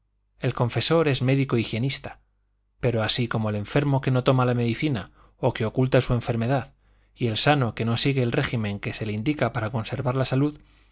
el confesor es médico higienista pero así como el enfermo que no toma la medicina o que oculta su enfermedad y el sano que no sigue el régimen que se le indica para conservar la salud